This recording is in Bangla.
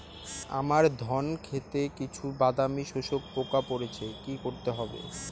আমার ধন খেতে কিছু বাদামী শোষক পোকা পড়েছে কি করতে হবে?